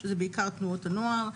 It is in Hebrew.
שזה בעיקר תנועות הנוער,